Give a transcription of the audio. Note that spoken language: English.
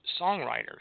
songwriters